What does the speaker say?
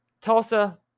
Tulsa